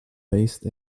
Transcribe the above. based